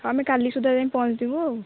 ହଁ ଆମେ କାଲି ସୁଦ୍ଧା ପାଇଁ ପହଞ୍ଚିଯିବୁ ଆଉ